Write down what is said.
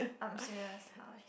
I'm serious ah